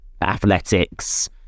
athletics